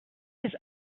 his